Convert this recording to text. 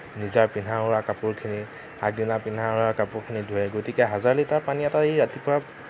নিজা পিন্ধা উৰা কাপোৰখিনি আগদিনা পিন্ধা উৰা কাপোৰখিনি ধুৱে গতিকে হাজাৰ লিটাৰ পানী ৰাতিপুৱা